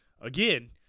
again